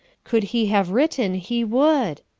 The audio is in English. could he have written, he would,